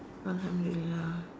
alhamdulillah